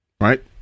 Right